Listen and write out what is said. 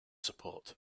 support